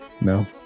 No